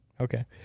Okay